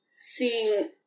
seeing